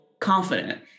confident